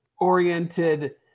oriented